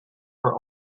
for